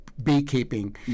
Beekeeping